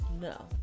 No